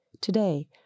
Today